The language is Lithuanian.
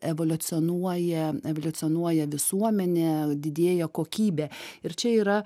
evoliucionuoja evoliucionuoja visuomenė didėja kokybė ir čia yra